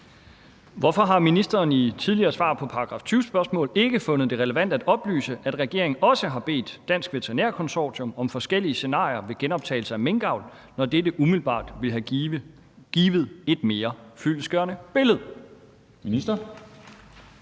Hvorfor har ministeren i tidligere svar på § 20-spørgsmål ikke fundet det relevant at oplyse, at regeringen også har bedt Dansk Veterinær Konsortium om forskellige scenarier ved genoptagelse af minkavl, når dette umiddelbart ville have givet et mere fyldestgørende billede? Skriftlig